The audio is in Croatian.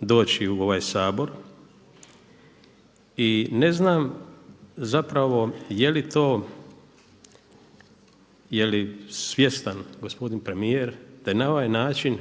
doći u ovaj Sabor i ne znam zapravo je li to, je li svjestan gospodin premijer da je na ovaj način